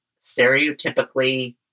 stereotypically